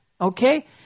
okay